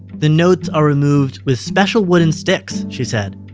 the notes are removed with special wooden sticks, she said,